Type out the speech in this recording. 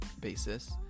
basis